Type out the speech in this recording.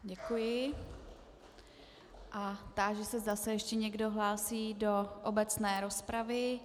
Děkuji a táži se, zda se ještě někdo hlásí do obecné rozpravy.